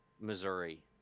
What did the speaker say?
Missouri